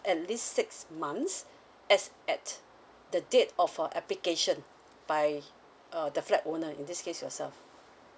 at least six months as at the date of uh application by uh the flat owner in this case yourself